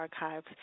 archives